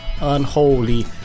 Unholy